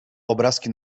obrazki